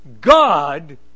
God